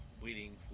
waiting